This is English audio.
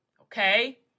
okay